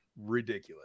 ridiculous